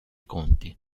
conti